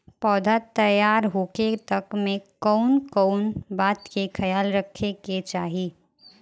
पौधा तैयार होखे तक मे कउन कउन बात के ख्याल रखे के चाही?